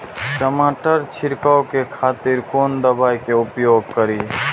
टमाटर छीरकाउ के खातिर कोन दवाई के उपयोग करी?